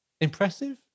impressive